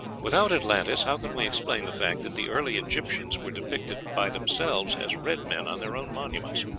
without atlantis, how can we explain the fact that the early egyptians were depicted by themselves as red men on their own monuments?